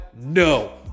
no